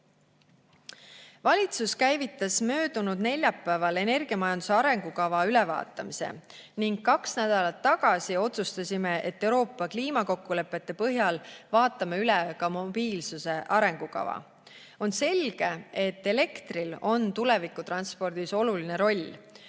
Valitsus käivitas möödunud neljapäeval energiamajanduse arengukava ülevaatamise ning kaks nädalat tagasi otsustasime, et Euroopa kliimakokkulepete põhjal vaatame üle ka mobiilsuse arengukava. On selge, et elektril on tulevikutranspordis oluline roll,